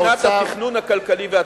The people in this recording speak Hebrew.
מבחינת התכנון הכלכלי והתקציבי.